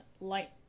light